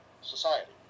society